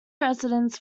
residents